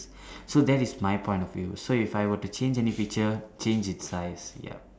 so that is my point of view so if I were to change any feature change it's size yup